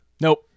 Nope